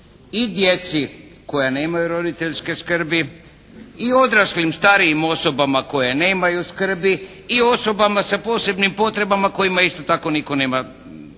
i djeci koja nemaju roditeljske skrbi i odraslim starijim osobama koje nemaju skrbi i osobama sa posebnim potrebama kojima isto tako nitko nema